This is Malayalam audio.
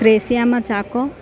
ത്രേസ്യാമ്മ ചാക്കൊ